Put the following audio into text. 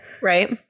Right